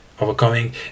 overcoming